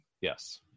yes